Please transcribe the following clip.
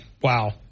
wow